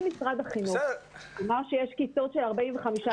אם משרד החינוך אמר שיש כיתות של 45 ילדים,